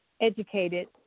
educated